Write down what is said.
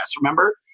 Remember